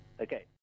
Okay